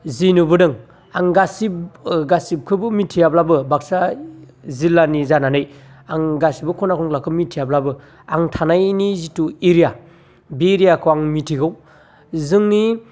जि नुबोदों आं गासिब गासिबखौबो मिथियाब्लाबो बागसा जिल्लानि जानानै आं गासिबो खना खनलाखौ मिथियाब्लाबो आं थानायनि जिथु एरिया बे एरियाखौ आं मिथिगौ जोंनि